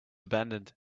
abandoned